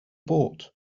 bought